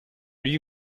lui